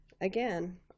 Again